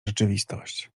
rzeczywistość